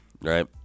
right